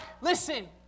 listen